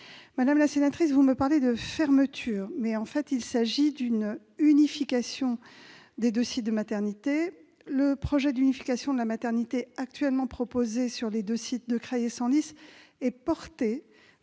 Madame la sénatrice, vous me parlez de fermeture, mais il s'agit en fait d'une unification des deux sites de maternité. Le projet d'unification de la maternité, actuellement proposée sur les deux sites de Creil et Senlis, est porté